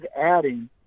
adding